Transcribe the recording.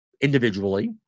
individually